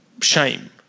shame